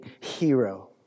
hero